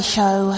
Show